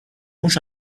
mhux